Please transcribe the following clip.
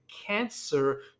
cancer